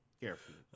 carefully